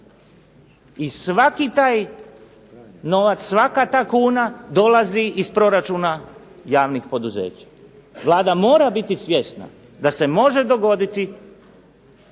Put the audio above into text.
I svaki taj novac, svaka ta kuna dolazi iz proračuna javnih poduzeća. Vlada mora biti svjesna da se može dogoditi